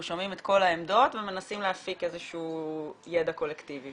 שומעים את כל העמדות ומנסים להפיק ידע קולקטיבי.